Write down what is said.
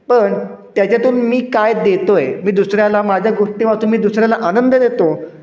पण त्याच्यातून मी काय देतो आहे मी दुसऱ्याला माझ्या गोष्टी वाचून मी दुसऱ्याला आनंद देतो